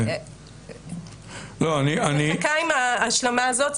אני מחכה עם ההשלמה הזאת.